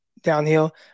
downhill